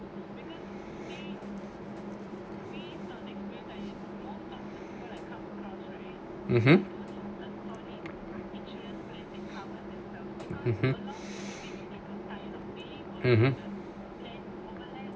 mmhmm mmhmm